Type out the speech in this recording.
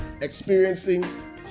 experiencing